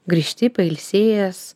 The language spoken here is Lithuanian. grįžti pailsėjęs